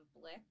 Blick